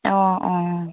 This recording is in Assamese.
অঁ অঁ